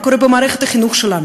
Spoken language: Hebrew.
מה קורה במערכת החינוך שלנו,